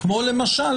כמו למשל,